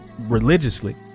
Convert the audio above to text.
religiously